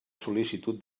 sol·licitud